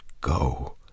go